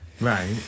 Right